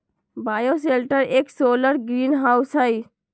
bioshelter एक solar greenhouse हई